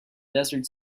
desert